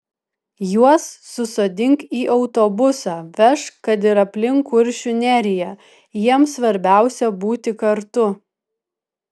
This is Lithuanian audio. juos susodink į autobusą vežk kad ir aplink kuršių neriją jiems svarbiausia būti kartu